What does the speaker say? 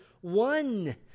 one